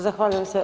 Zahvaljujem se.